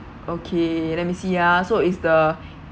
okay let me see ah so is the